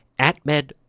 AtMed